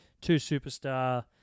two-superstar